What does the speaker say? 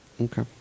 okay